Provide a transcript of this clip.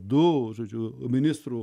du žodžiu ministru